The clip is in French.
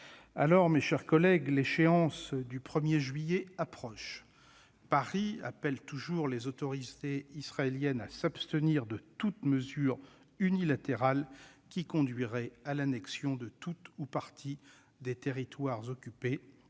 Alors que l'échéance du 1juillet approche, Paris appelle toujours les autorités israéliennes « à s'abstenir de toute mesure unilatérale qui conduirait à l'annexion de tout ou partie des Territoires » occupés